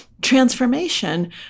transformation